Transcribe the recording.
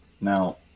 Now